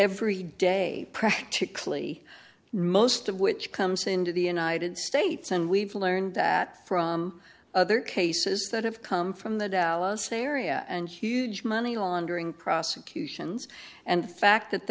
every day practically most of which comes into the united states and we've learned that from other cases that have come from the dallas area and huge money laundering prosecutions and the fact that